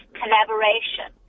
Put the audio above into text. collaboration